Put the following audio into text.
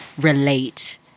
relate